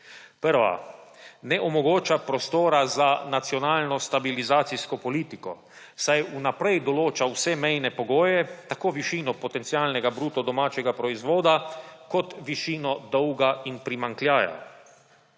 Prva. Ne omogoča prostora za nacionalno stabilizacijsko politiko, saj vnaprej določa vse mejne pogoje, tako višino potencialnega bruto domačega proizvoda kot višini dolga in primanjkljaja.